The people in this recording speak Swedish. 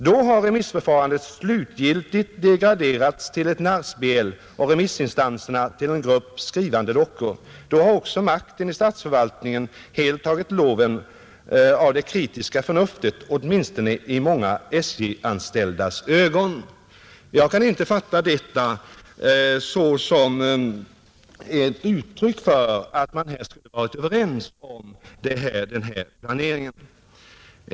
Då har remissförfarandet slutgiltigt degraderats till ett narrspel och remissinstanserna till en grupp skrivande dockor. Då har också makten i statsförvaltningen helt tagit loven av det kritiska förnuftet — åtminstone i många SJ-anställdas ögon.” Jag kan inte fatta detta såsom ett uttryck för att man här skulle ha varit överens om denna planering.